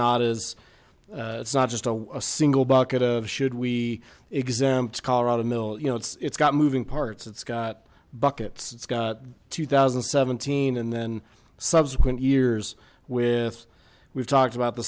not is it's not just a single bucket should we exempt colorada mill you know it's got moving parts it's got buckets it's got two thousand and seventeen and then subsequent years with we've talked about the